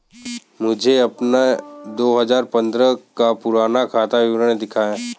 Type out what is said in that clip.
मुझे अपना दो हजार पन्द्रह का पूरा खाता विवरण दिखाएँ?